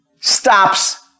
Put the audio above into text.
stops